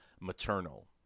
Maternal